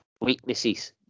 weaknesses